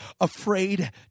afraid